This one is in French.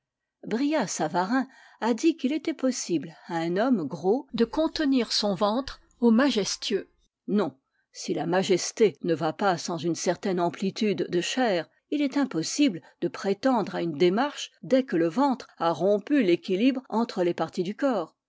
brillât savarin a dit qu'il était possible à un homme gros de contenir son ventre au majestueux non si la majesté ne va pas sans une certaine amplitude de chair il est impossible de prétendre à une démarche dès que le ventre a rompu l'équilibre entre les parties du corps